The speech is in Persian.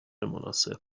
مناسب